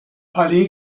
palais